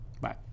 Bye